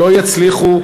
לא יצליחו,